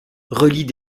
relient